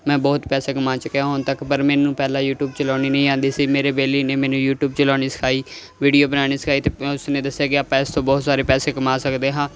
ਮੈਂ ਬਹੁਤ ਪੈਸਾ ਕਮਾ ਚੁੱਕਿਆ ਹੁਣ ਤੱਕ ਪਰ ਮੈਨੂੰ ਪਹਿਲਾਂ ਯੂਟੀਊਬ ਚਲਾਉਣੀ ਨਹੀਂ ਆਉਂਦੀ ਸੀ ਮੇਰੇ ਬੇਲੀ ਨੇ ਮੈਨੂੰ ਯੂਟੀਊਬ ਚਲਾਉਣੀ ਸਿਖਾਈ ਵੀਡੀਓ ਬਣਾਉਣੀ ਸਿਖਾਈ ਅਤੇ ਉਸਨੇ ਦੱਸਿਆ ਕਿ ਆਪਾਂ ਇਸ ਤੋਂ ਬਹੁਤ ਸਾਰੇ ਪੈਸੇ ਕਮਾ ਸਕਦੇ ਹਾਂ